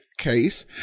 case